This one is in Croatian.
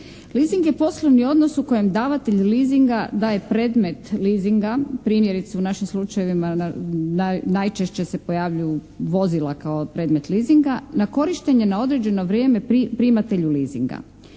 Leasing je poslovni odnos u kojem davatelj leasinga daje predmet leasinga primjerice u našim slučajevima najčešće se pojavljuju vozila kao predmet leasinga na korištenje na određeno vrijeme primatelju leasinga.